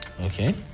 okay